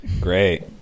Great